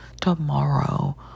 tomorrow